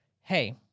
hey